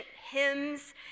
hymns